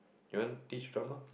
you want teach drama